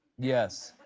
yes.